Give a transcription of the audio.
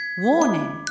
Warning